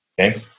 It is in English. okay